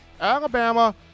Alabama